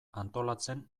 antolatzen